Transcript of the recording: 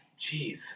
Jeez